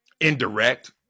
indirect